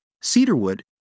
cedarwood